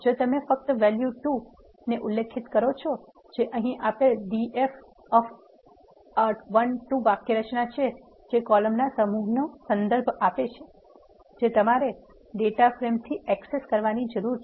જો તમે ફક્ત val2 ને ઉલ્લેખિત કરો છો જે અહીં આપેલ df of a l 2 વાક્યરચના છે જે કોલમના સમૂહનો સંદર્ભ આપે છે જે તમારે ડેટા ફ્રેમથી એક્સેસ કરવાની જરૂર છે